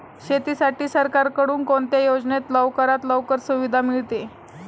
शेतीसाठी सरकारकडून कोणत्या योजनेत लवकरात लवकर सुविधा मिळते?